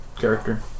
character